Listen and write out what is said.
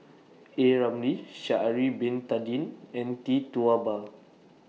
A Ramli Sha'Ari Bin Tadin and Tee Tua Ba